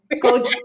go